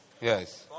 yes